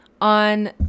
on